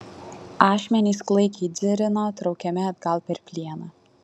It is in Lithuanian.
ašmenys klaikiai dzirino traukiami atgal per plieną